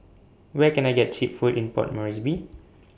Where Can I get Cheap Food in Port Moresby